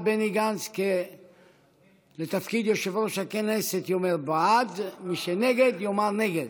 בני גנץ לתפקיד יושב-ראש הכנסת יאמר "בעד" ומי שנגד יאמר "נגד".